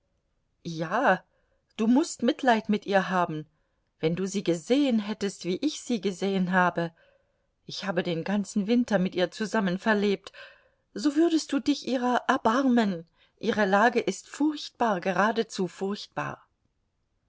ja du mußt mitleid mit ihr haben wenn du sie gesehen hättest wie ich sie gesehen habe ich habe den ganzen winter mit ihr zusammen verlebt so würdest du dich ihrer erbarmen ihre lage ist furchtbar geradezu furchtbar